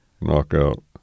Knockout